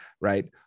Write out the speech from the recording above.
right